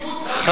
מדיניות הפחדה,